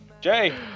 Jay